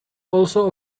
also